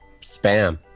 spam